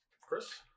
Chris